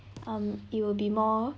um it will be more